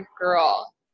girl